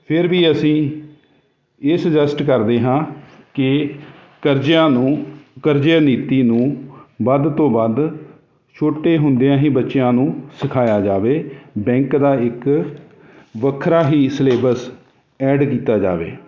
ਫਿਰ ਵੀ ਅਸੀਂ ਇਹ ਸੁਜੈਸਟ ਕਰਦੇ ਹਾਂ ਕਿ ਕਰਜ਼ਿਆਂ ਨੂੰ ਕਰਜ਼ੇ ਨੀਤੀ ਨੂੰ ਵੱਧ ਤੋਂ ਵੱਧ ਛੋਟੇ ਹੁੰਦਿਆਂ ਹੀ ਬੱਚਿਆਂ ਨੂੰ ਸਿਖਾਇਆ ਜਾਵੇ ਬੈਂਕ ਦਾ ਇੱਕ ਵੱਖਰਾ ਹੀ ਸਿਲੇਬਸ ਐਡ ਕੀਤਾ ਜਾਵੇ